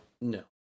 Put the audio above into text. No